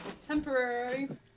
temporary